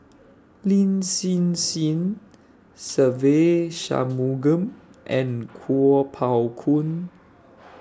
Lin Hsin Hsin Se Ve Shanmugam and Kuo Pao Kun